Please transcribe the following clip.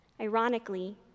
Ironically